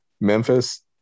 Memphis